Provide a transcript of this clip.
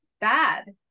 bad